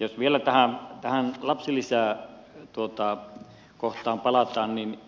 jos vielä tähän lapsilisäkohtaan palataan niin